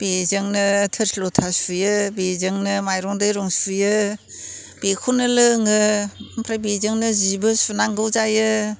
बेजोंनो थोरसि लथा सुयो बेजोंनो माइरं दैरं सुयो बेखौनो लोङो ओमफ्राय बेजोंनो सिबो सुनांगौ जायो